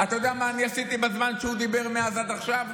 ונסמך עליו.